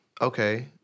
Okay